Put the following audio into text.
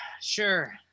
Sure